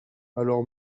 alors